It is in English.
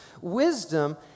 Wisdom